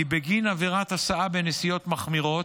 כי בגין עבירת הסעה בנסיבות מחמירות,